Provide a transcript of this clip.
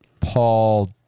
Paul